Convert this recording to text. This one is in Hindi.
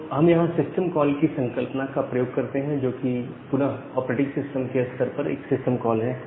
तो हम यहां सिस्टम कॉल की संकल्पना का प्रयोग करते हैं जोकि पुनः ऑपरेटिंग सिस्टम के स्तर का एक सिस्टम कॉल है